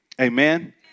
Amen